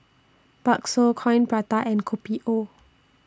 Bakso Coin Prata and Kopi O